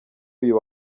uyu